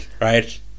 Right